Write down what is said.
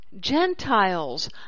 gentiles